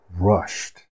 rushed